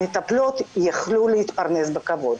המטפלות יוכלו להתפרנס בכבוד.